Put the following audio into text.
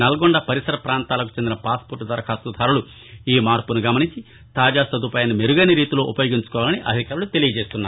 నల్గొండ పరిసర పాంతాలకు చెందిన పాస్పోర్ట్ దరఖాస్తుదారులు ఈ మార్పును గమనించి తాజా సదుపాయాన్ని మెరుగైన రీతిలో ఉపయోగించుకోవాలని అధికారులు తెలియచేస్తున్నారు